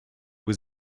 was